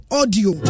audio